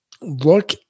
look